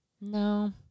No